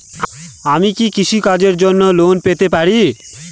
আমি কি কৃষি কাজের জন্য লোন পেতে পারি?